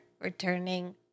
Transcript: returning